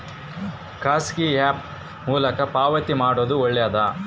ಖಾಸಗಿ ಆ್ಯಪ್ ಮೂಲಕ ಪಾವತಿ ಮಾಡೋದು ಒಳ್ಳೆದಾ?